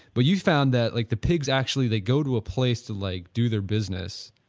but you found that like the pigs actually they go to a place to like do their business,